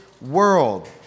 world